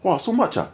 !wah! so much uh